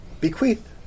bequeath